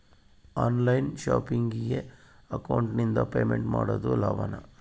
On line ಶಾಪಿಂಗಿಗೆ ಅಕೌಂಟಿಂದ payment ಮಾಡೋದು ಲಾಭಾನ?